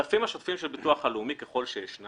לגבי העודפים השוטפים של ביטוח לאומי, ככל שישנם